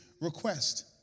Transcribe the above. request